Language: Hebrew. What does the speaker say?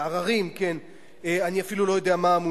כולל תושבים מכל מיני סוגים, כולל מהגרי